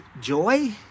joy